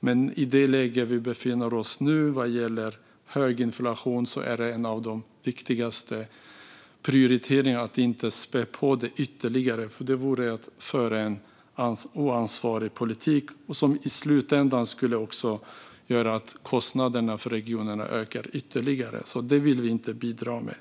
Men i det läge vi befinner oss i nu med hög inflation är en av de viktigaste prioriteringarna att inte spä på den ytterligare. Det vore att föra en oansvarig politik som i slutändan skulle göra att kostnaderna för regionerna ökade ytterligare. Det vill vi inte bidra till.